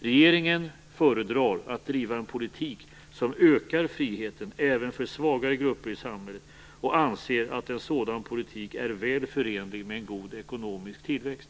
Regeringen föredrar att driva en politik som ökar friheten även för svagare grupper i samhället och anser att en sådan politik är väl förenlig med en god ekonomisk tillväxt.